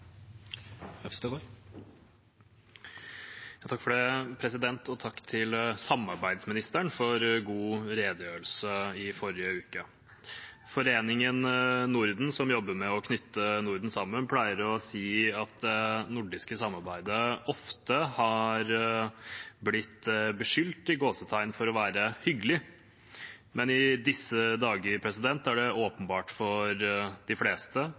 til samarbeidsministeren for en god redegjørelse i forrige uke. Foreningen Norden som jobber med å knytte Norden sammen, pleier å si at det nordiske samarbeidet ofte har blitt «beskyldt» for å være hyggelig. Men i disse dager er det åpenbart for de fleste